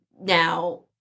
now